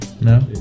No